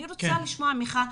אני רוצה לשמוע ממך,